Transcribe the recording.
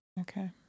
Okay